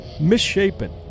misshapen